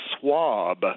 swab